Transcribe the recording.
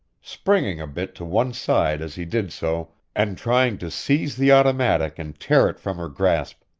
springing a bit to one side as he did so, and trying to seize the automatic and tear it from her grasp.